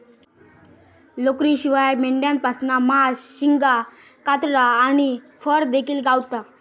लोकरीशिवाय मेंढ्यांपासना मांस, शिंगा, कातडा आणि फर देखिल गावता